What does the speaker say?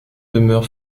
demeure